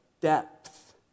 depth